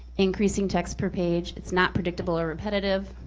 increasing text per page, it's not predictable or repetitive.